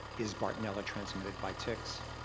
is bartonella transmitted by ticks?